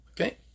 Okay